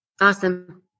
Awesome